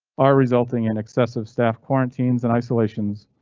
are resulting in excessive staff quarantines and isolations,